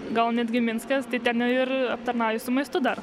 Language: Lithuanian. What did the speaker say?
gal netgi minskas tai ten ir aptarnauji su maistu dar